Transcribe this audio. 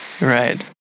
Right